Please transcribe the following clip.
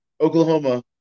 Oklahoma